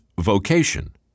vocation